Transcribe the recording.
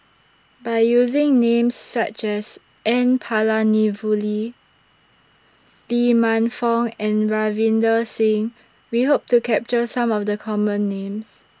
By using Names such as N Palanivelee Lee Man Fong and Ravinder Singh We Hope to capture Some of The Common Names